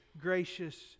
gracious